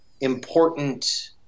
important